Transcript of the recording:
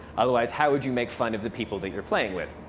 otherwise, how would you make fun of the people that you're playing with?